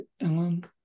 Ellen